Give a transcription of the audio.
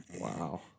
Wow